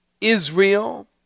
Israel